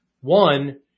One